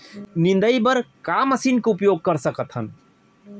निंदाई बर का मशीन के उपयोग कर सकथन?